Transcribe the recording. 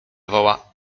woła